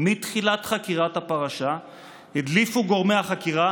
"מתחילת חקירת הפרשה הדליפו גורמי החקירה